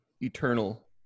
eternal